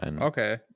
Okay